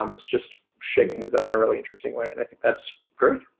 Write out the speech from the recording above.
um it's just shaking things up in a really interesting way. and i think that's great.